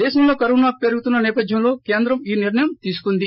దేశంలోకరోనా కేసులు పెరుగుతున్న నేపథ్యంలో కేంద్రం ఈ నిర్ణయం తీసుకుంది